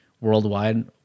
worldwide